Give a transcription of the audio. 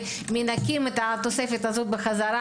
ומנכים אותה בחזרה,